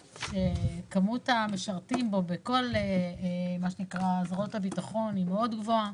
שכמות המשרתים בו בכל מה שנקרא זרועות הביטחון היא מאוד גבוהה.